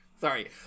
sorry